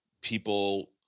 people